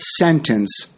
sentence